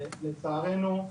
לצערנו,